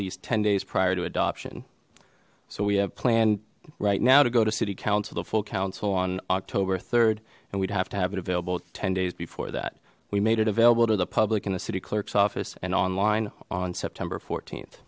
least ten days prior to adoption so we have planned right now to go to city council the full council on october rd and we'd have to have it available ten days before that we made it available to the public in the city clerk's office and online on september